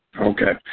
Okay